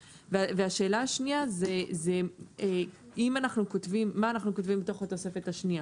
השאלה השנייה היא מה אנחנו כותבים בתוך התוספת השנייה.